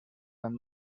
tant